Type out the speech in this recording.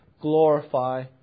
glorify